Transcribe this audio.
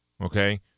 Okay